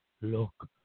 Look